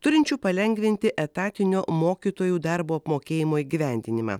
turinčių palengvinti etatinio mokytojų darbo apmokėjimo įgyvendinimą